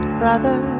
brother